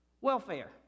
welfare